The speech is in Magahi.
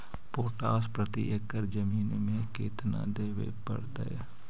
पोटास प्रति एकड़ जमीन में केतना देबे पड़तै?